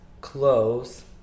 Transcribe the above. close